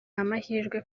amahirwe